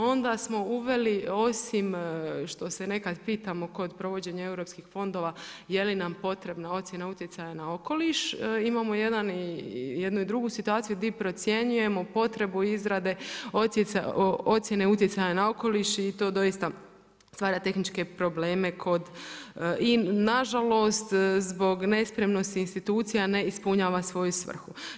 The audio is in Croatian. Onda smo uveli osim što se nekad pitanja kod provođenja europskih fondova, je li nam potrebna ocjena utjecaja na okoliš, imamo jednu i drugu situaciju di procjenjujemo potrebu izrade ocjene utjecaja na okoliš i to doista stvara tehničke probleme kod i nažalost, zbog nespremnosti institucija ne ispunjava svoju svrhu.